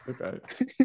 Okay